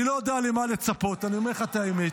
אני לא יודע למה לצפות, אני אומר לך את האמת.